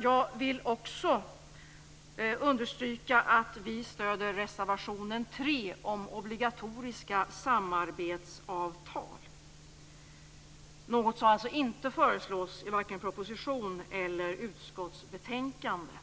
Jag vill också understryka att vi stöder reservation 3 om obligatoriska samarbetsavtal. Det föreslås alltså inte i vare sig propositionen eller utskottsbetänkandet.